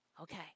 Okay